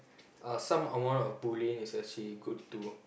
uh some amount of bullying is actually good too